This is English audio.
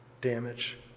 damage